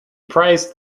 praised